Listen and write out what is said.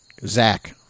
Zach